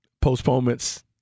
postponements